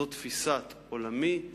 זאת תפיסת עולמי,